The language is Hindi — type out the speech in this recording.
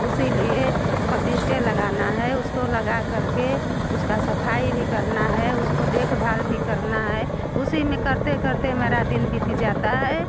उसी लिए पपीते लगाना है उसको लगा कर के उसकी सफ़ाई भी करना है उसकी देख भाल भी करना है उसी में करते करते मेरा दिन बीत जाता है